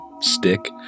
stick